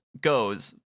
goes